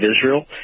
Israel